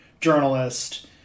journalist